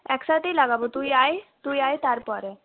একসাথেই লাগাব তুই আয় তুই আয় তারপরে